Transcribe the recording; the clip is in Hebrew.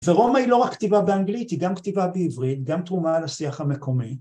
ורומא היא לא רק כתיבה באנגלית היא גם כתיבה בעברית, גם תרומה על השיח המקומי